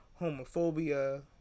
homophobia